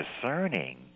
discerning